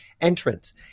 entrance